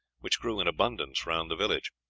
which grew in abundance round the village.